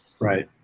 Right